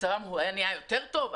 מצבם נהיה יותר טוב?